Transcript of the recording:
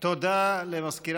מאת חברי